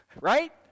right